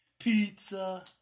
Pizza